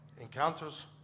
encounters